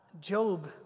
Job